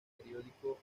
periódico